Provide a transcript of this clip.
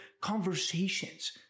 conversations